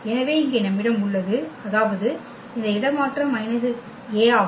எனவே இங்கே நம்மிடம் உள்ளது அதாவது இந்த இடமாற்றம் மைனஸ் A ஆகும்